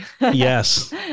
yes